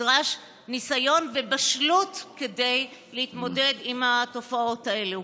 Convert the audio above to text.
נדרשים ניסיון ובשלות כדי להתמודד עם התופעות האלה.